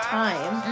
time